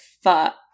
fuck